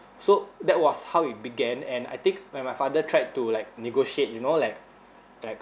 so that was how it began and I think when my father tried to like negotiate you know like like